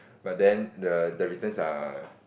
but then the the returns are